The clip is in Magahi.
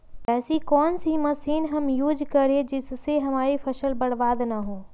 ऐसी कौन सी मशीन हम यूज करें जिससे हमारी फसल बर्बाद ना हो?